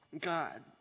God